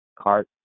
cart